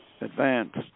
advanced